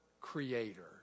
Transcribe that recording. creator